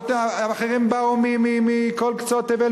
אחרים באו מכל קצות תבל,